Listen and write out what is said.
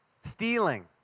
Stealing